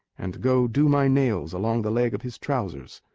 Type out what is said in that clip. and go do my nails along the leg of his trousers.